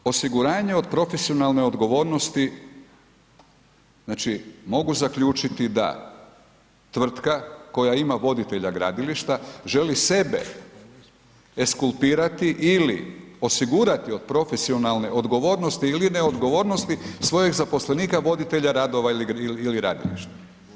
E sada, osiguranje od profesionalne odgovornosti znači mogu zaključiti da tvrtka koja ima voditelja gradilišta želi sebe ekskulpirati ili osigurati od profesionalne odgovornosti ili neodgovornosti svojeg zaposlenika voditelja radova ili radilišta.